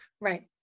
Right